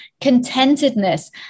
contentedness